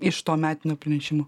iš to metinio pranešimo